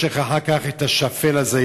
יש לך אחר כך השפל הזה,